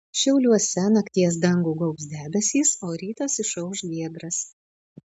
šiauliuose nakties dangų gaubs debesys o rytas išauš giedras